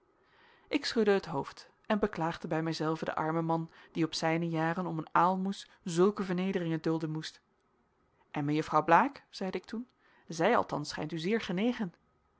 ik schudde het hoofd en beklaagde bij mijzelven den armen man die op zijne jaren om een aalmoes zulke vernederingen dulden moest en mejuffrouw blaek zeide ik toen zij althans schijnt u zeer genegen